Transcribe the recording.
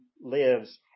lives